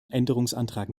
änderungsantrag